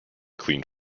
cleaned